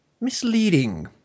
Misleading